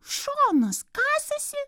šonus kasosi